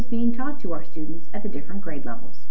is being taught to our students at the different grade levels